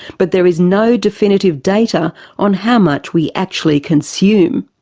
but there is no definitive data on how much we actually consume.